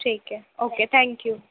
ٹھیک ہے okay thank you